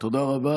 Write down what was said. תודה רבה.